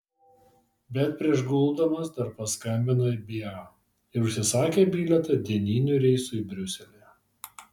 bet prieš guldamas dar paskambino į bea ir užsisakė bilietą dieniniu reisu į briuselį